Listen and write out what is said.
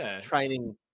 training